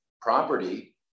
property